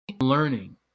learning